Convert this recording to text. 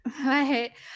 Right